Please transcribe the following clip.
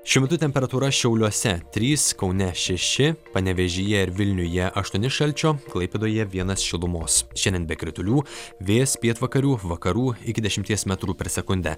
šiuo metu temperatūra šiauliuose trys kaune šeši panevėžyje ir vilniuje aštuoni šalčio klaipėdoje vienas šilumos šiandien be kritulių vėjas pietvakarių vakarų iki dešimties metrų per sekundę